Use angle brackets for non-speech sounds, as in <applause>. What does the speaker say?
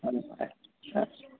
<unintelligible>